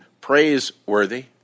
praiseworthy